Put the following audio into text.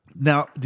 Now